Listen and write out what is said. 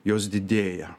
jos didėja